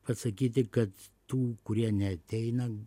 pasakyti kad tų kurie neateina